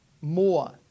more